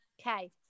Okay